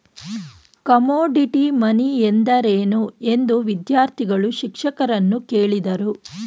Commodity money ಎಂದರೇನು? ಎಂದು ವಿದ್ಯಾರ್ಥಿಗಳು ಶಿಕ್ಷಕರನ್ನು ಕೇಳಿದರು